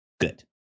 good